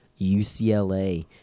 UCLA